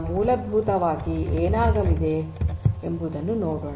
ಮೂಲಭೂತವಾಗಿ ಏನಾಗಲಿದೆ ಎಂಬುದನ್ನು ನೋಡೋಣ